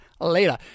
later